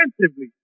defensively